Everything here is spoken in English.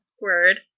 word